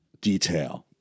detail